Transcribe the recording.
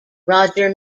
roger